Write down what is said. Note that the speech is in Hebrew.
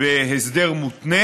בהסדר מותנה,